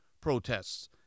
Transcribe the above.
protests